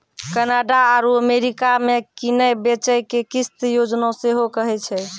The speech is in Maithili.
कनाडा आरु अमेरिका मे किनै बेचै के किस्त योजना सेहो कहै छै